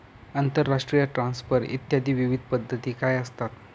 आंतरराष्ट्रीय ट्रान्सफर इत्यादी विविध पद्धती काय असतात?